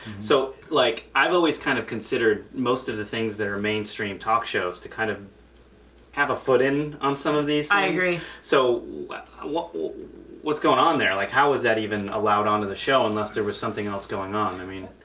so like i've always kind of considered most of the things that are mainstream talk shows to kind of have a foot in on some of these things. i agree. so like ah what's going on there, like how is that even allowed on the show unless there was something and else going on i mean.